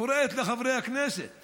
קוראת לחברי הכנסת